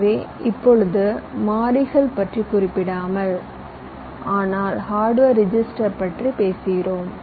எனவே இப்பொழுது மாறிகள் பற்றி குறிப்பிடாமல் ஆனால் ஹார்டுவேர் ரெஜிஸ்டர்ஸ் பற்றி பேசுகிறோம்